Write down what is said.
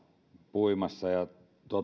puimassa ja